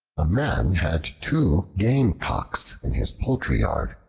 a man had two gamecocks in his poultry-yard.